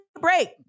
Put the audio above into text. break